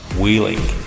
wheeling